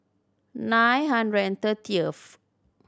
nine hundred and thirtieth